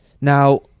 Now